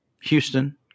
Houston